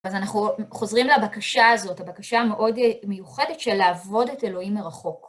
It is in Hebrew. אז אנחנו חוזרים לבקשה הזאת, הבקשה המאוד מיוחדת של לעבוד את אלוהים מרחוק.